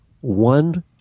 one